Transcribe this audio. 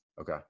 Okay